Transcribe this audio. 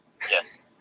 Yes